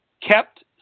kept